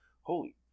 holy